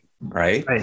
right